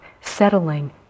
settling